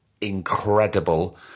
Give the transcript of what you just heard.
incredible